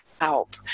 help